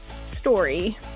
story